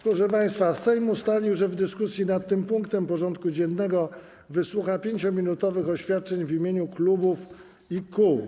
Proszę państwa, Sejm ustalił, że w dyskusji nad tym punktem porządku dziennego wysłucha 5-minutowych oświadczeń w imieniu klubów i kół.